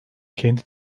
kendi